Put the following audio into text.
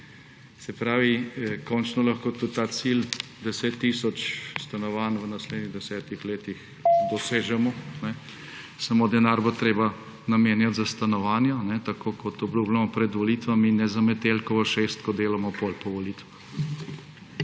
Se pravi, končno lahko tudi ta cilj 10 tisoč stanovanj v naslednjih desetih letih dosežemo. Samo denar bo treba namenjati za stanovanja, tako kot obljubljamo pred volitvami, in ne za Metelkovo 6, kot delamo potem po volitvah.